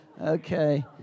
Okay